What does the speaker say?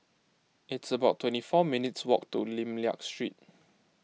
it's about twenty four minutes walk to Lim Liak Street